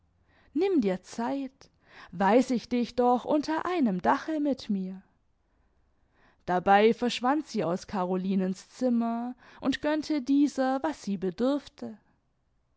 nimm dir zeit weiß ich dich doch unter einem dache mit mir dabei verschwand sie aus carolinens zimmer und gönnte dieser was sie bedurfte